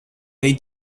they